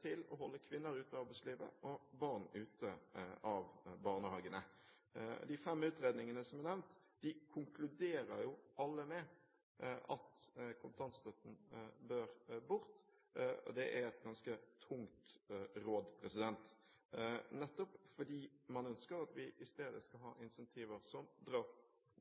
til å holde kvinner ute av arbeidslivet og barn ute av barnehagene. De fem utredningene som er nevnt, konkluderer jo alle med at kontantstøtten bør bort. Det er et ganske tungt råd, nettopp fordi man ønsker at vi i stedet skal ha incentiver som